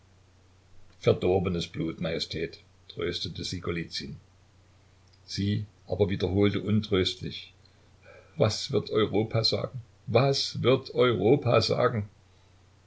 verdorbenes blut majestät tröstete sie golizyn sie aber wiederholte untröstlich was wird europa sagen was wird europa sagen